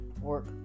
work